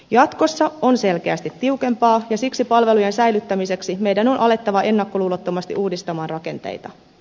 jatkossa on selkeästi tiukempaa ja siksi palvelujen säilyttämiseksi meidän on alettava ennakkoluulottomasti uudistaa rakenteita